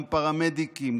גם פרמדיקים,